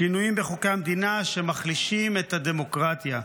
שינויים בחוקי המדינה שמחלישים את הדמוקרטיה,